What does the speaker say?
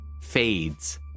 fades